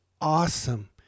awesome